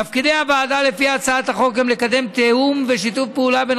תפקידי הוועדה לפי הצעת החוק גם לקדם תיאום ושיתוף פעולה בין